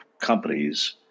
companies